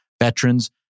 veterans